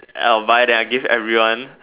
I'll buy then I'll give an everyone